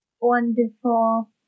Wonderful